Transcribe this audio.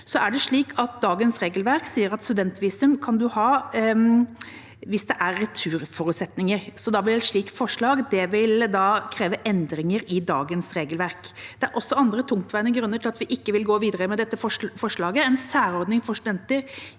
Dagens regelverk sier at man kan ha studentvisum hvis det er returforutsetninger, så et slikt forslag vil kreve endringer i dagens regelverk. Det er også andre tungtveiende grunner til at vi ikke vil gå videre med dette forslaget. En særordning for studenter